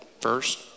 first